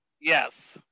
Yes